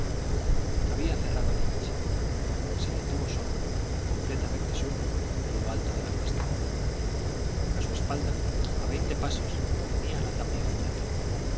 había cerrado la noche se detuvo solo completamente solo en lo alto de la cuesta a su espalda a veinte pasos tenía la tapia fúnebre